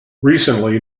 recently